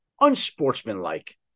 unsportsmanlike